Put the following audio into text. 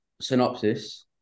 synopsis